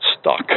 stuck